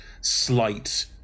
slight